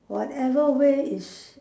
whatever way is